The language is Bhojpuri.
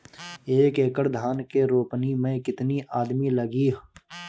एक एकड़ धान के रोपनी मै कितनी आदमी लगीह?